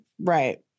right